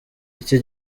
iki